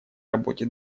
работе